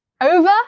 over